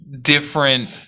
different